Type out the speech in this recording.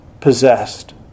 possessed